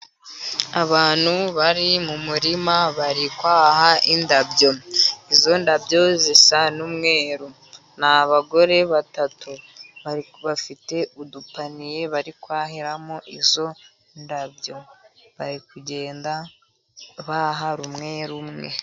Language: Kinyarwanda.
Abantu bari mu murima bari kwaha indabyo. Izo ndabyo zisa n'umweru, ni abagore batatu bari bafite udupaniye bari kwahiramo izo ndabyo, bari kugenda baha rumwerumwe.